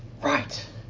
Right